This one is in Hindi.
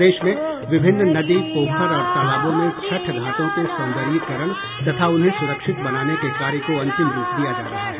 प्रदेश में विभिन्न नदी पोखर और तालाबों में छठ घाटों के सौंर्दयीकरण तथा उन्हें सुरक्षित बनाने के कार्य को अंतिम रूप दिया जा रहा है